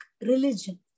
religion